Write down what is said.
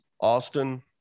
Austin